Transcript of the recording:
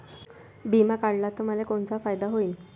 बिमा काढला त मले कोनचा फायदा होईन?